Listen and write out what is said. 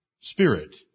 spirit